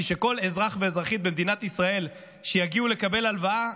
בשביל שכל אזרח ואזרחית במדינת ישראל שיגיעו לקבל הלוואה,